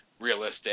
realistic